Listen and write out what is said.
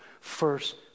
first